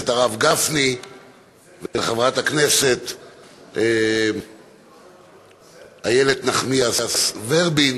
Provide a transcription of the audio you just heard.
הרב גפני ולחברת הכנסת איילת נחמיאס ורבין